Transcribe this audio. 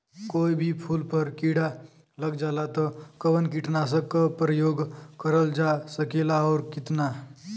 कोई भी फूल पर कीड़ा लग जाला त कवन कीटनाशक क प्रयोग करल जा सकेला और कितना?